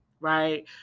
right